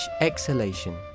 exhalation